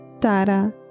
Tara